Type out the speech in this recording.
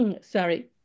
sorry